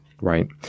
Right